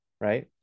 Right